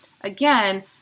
again